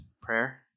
prayer